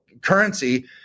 currency